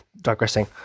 digressing